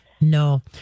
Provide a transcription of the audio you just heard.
No